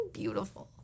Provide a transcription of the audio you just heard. beautiful